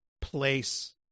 place